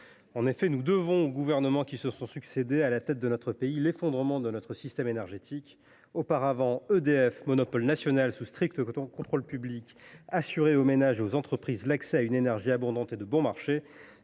En effet, nous devons aux gouvernements qui se sont succédé à la tête de notre pays l’effondrement de notre système énergétique. Auparavant, EDF, monopole national sous strict contrôle public, assurait aux ménages et aux entreprises l’accès à une énergie abondante et bon marché.